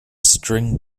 string